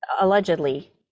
allegedly